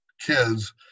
kids